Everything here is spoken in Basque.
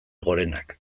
gorenak